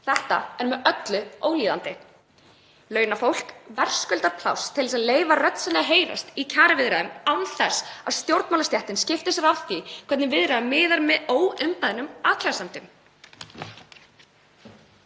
Þetta er með öllu ólíðandi. Launafólk verðskuldar pláss til að leyfa rödd sinni að heyrast í kjaraviðræðum án þess að stjórnmálastéttin skipti sér af því hvernig viðræðum miðar með óumbeðnum athugasemdum.